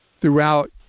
throughout